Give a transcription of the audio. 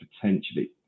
potentially